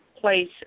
place